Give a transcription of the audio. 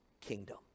kingdom